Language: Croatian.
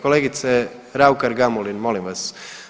Kolegice Raukar-Gamulin, molim vas.